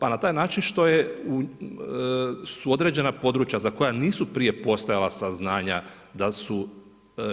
Pa na taj način što su određena područja za koja nisu prije postojala saznanja da su